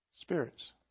spirits